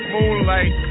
Moonlight